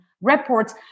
reports